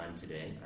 today